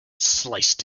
sliced